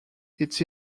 its